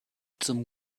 zum